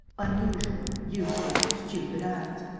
unusual, useless, stupid acts.